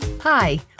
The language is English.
Hi